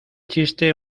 chiste